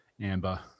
Amber